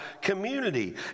community